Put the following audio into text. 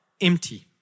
empty